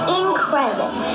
incredible